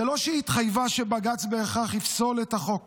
זה לא שהיא התחייבה שבג"ץ בהכרח יפסול את החוק